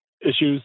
issues